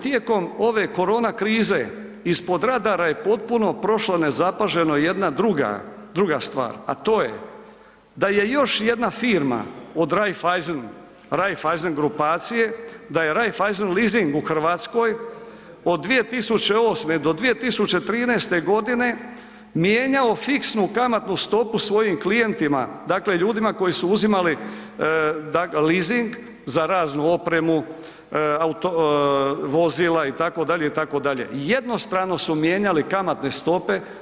Tijekom ove korona krize ispod radara je potpuno prošla nezapaženo jedna druga stvar, a to je da je još jedna firma od Raiffeisen grupacije da je Raiffeisen lizing u Hrvatskoj od 2008. do 2013. godine mijenjao fiksnu kamatnu stopu svojim klijentima, dakle ljudima koji su uzimali lizing za raznu opremu, vozila itd., itd., jednostrano su mijenjali kamatne stope.